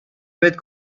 بهت